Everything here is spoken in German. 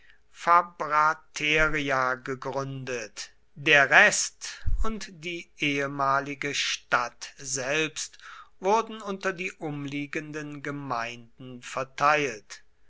kolonie fabrateria gegründet der rest und die ehemalige stadt selbst wurden unter die umliegenden gemeinden verteilt